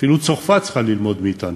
אפילו צרפת צריכה ללמוד מאתנו.